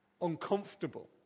uncomfortable